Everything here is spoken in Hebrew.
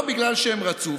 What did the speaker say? לא בגלל שהם רצו,